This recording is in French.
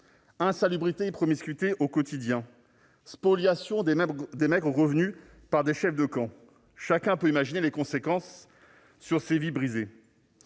l'insalubrité et la promiscuité au quotidien, la spoliation des maigres revenus par les chefs de camp : chacun peut imaginer les conséquences de telles épreuves